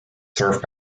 served